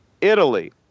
Italy